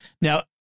Now